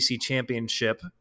championship